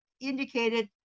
Indicated